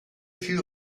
few